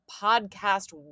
podcast